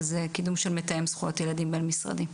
של מתאם זכויות ילדים בין משרדים.